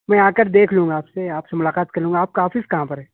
میں آ کر دیکھ لوں گا آپ سے آپ سے ملاقات کر لوں گا آپ کا آفس کہاں پر ہے